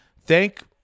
thank